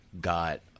got